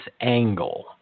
angle